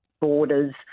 borders